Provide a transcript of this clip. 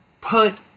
put